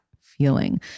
feeling